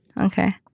Okay